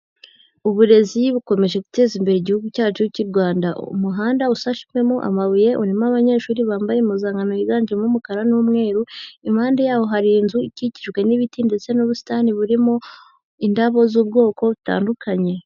Uburezi bukomeje guteza imbere igihugu cyacu cy'u Rwanda. Umuhanda usashwemo amabuye, urimo abanyeshuri bambaye impuzankano yiganjemo umukara n'umweru, impande yaho hari inzu ikikijwe n'ibiti ndetse n'ubusitani burimo indabo z'ubwoko butandukanye.